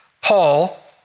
Paul